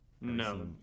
No